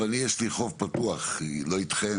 יש לי חוב פתוח לא אתכם,